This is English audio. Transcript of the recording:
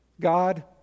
God